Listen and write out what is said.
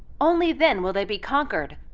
only then will they be conquered,